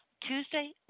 Tuesday